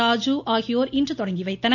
ராஜு ஆகியோர் இன்று தொடங்கி வைத்தனர்